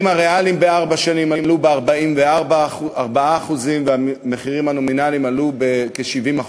בארבע שנים עלו המחירים הריאליים ב-44% והמחירים הנומינליים בכ-70%,